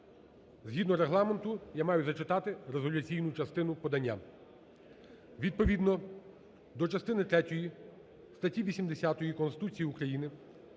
Згідно Регламенту я маю зачитати резолюційну частину подання. Відповідно до частини третьої статті 80 Конституції України,